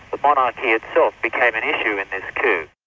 the monarchy itself became an issue in this coup.